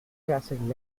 acid